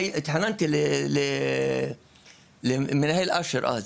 התחננתי למנהל מחוז אשר אז,